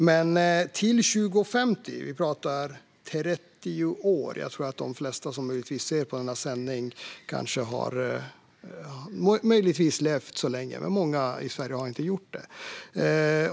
Men när det gäller 2050 pratar vi om 30 år. Och jag tror att de flesta som möjligtvis ser på denna sändning har levt så länge, men många i Sverige har inte gjort det.